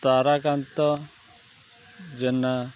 Tarakanta Jena